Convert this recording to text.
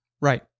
Right